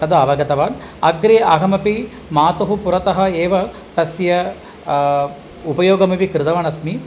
तद् अवगतवान् अग्रे अहमपि मातुः पुरतः एव तस्य उपयोगमपि कृतवान् अस्मि